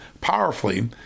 powerfully